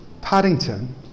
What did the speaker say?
Paddington